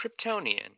Kryptonian